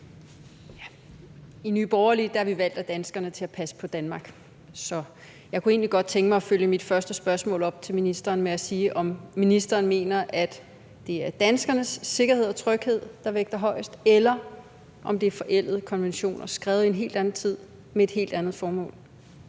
I Nye Borgerlige er vi valgt af danskerne til at passe på Danmark, så jeg kunne egentlig godt tænke mig at følge op på mit første spørgsmål til ministeren ved at spørge, om ministeren mener, at det er danskernes sikkerhed og tryghed, der vægter højest, eller om det er forældede konventioner skrevet i en helt anden tid med et helt andet formål.